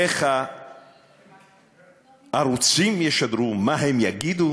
איך הערוצים ישדרו, מה הם יגידו,